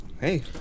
hey